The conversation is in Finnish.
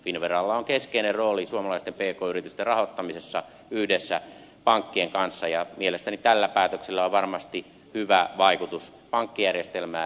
finnveralla on keskeinen rooli suomalaisten pk yritysten rahoittamisessa yhdessä pankkien kanssa ja mielestäni tällä päätöksellä on varmasti hyvä vaikutus pankkijärjestelmään